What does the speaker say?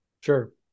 sure